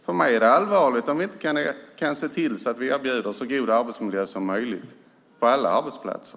För mig är det allvarligt om vi inte kan se till att erbjuda så god arbetsmiljö som möjligt på alla arbetsplatser.